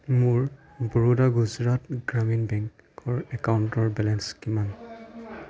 মোৰ বৰোডা গুজৰাট গ্ৰামীণ বেংক কৰ একাউণ্টৰ বেলেঞ্চ কিমান